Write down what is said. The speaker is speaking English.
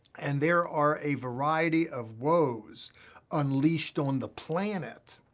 and there are a variety of woes unleashed on the planet.